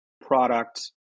product